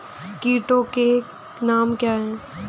कीटों के नाम क्या हैं?